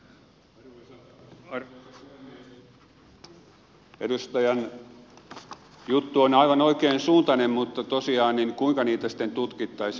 edustajan juttu on aivan oikeansuuntainen mutta tosiaan kuinka niitä sitten tutkittaisiin